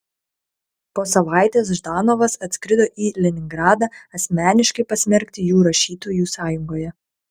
po savaitės ždanovas atskrido į leningradą asmeniškai pasmerkti jų rašytojų sąjungoje